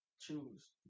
Choose